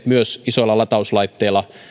myös isoilla latauslaitteilla